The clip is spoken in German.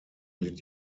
litt